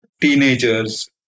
teenagers